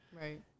Right